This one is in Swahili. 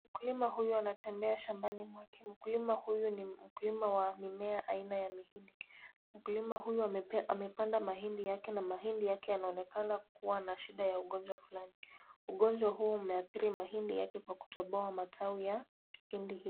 Mwanamke huyu anatembea shambani mwake. Mkulima huyu ni mkulima wa mimea aina ya mahindi. Mkulima huyu amepanda mahindi yake na mahindi yake yanaonekana kuwa na shida ya ugonjwa fulani. Ugonjwa huu umeadhiri yake kwa kutoboa matawi ya hindi hili.